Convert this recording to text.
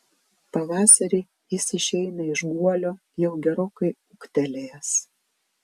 pavasarį jis išeina iš guolio jau gerokai ūgtelėjęs